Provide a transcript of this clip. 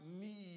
need